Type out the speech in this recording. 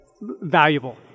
valuable